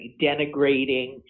denigrating